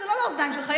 זה לא לאוזניים שלך,